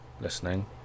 listening